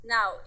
Now